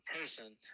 person